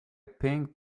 pink